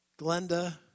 Glenda